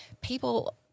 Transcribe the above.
People